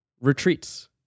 retreats